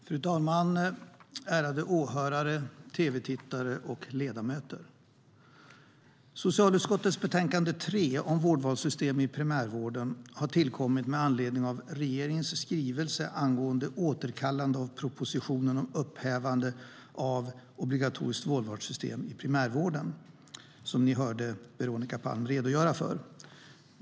Fru talman! Ärade åhörare, tv-tittare och ledamöter! Socialutskottets betänkande 3 om vårdvalssystem i primärvården har tillkommit med anledning av regeringens skrivelse angående återkallande av propositionen om upphävande av obligatoriskt vårdvalssystem i primärvården, vilket Veronica Palm redogjorde för.